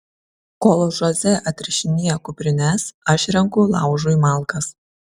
kol žoze atrišinėja kuprines aš renku laužui malkas